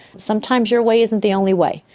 sometimes your way isn't the only way.